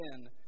sin